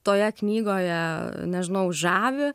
toje knygoje nežinau žavi